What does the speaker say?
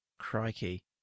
Crikey